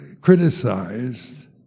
criticized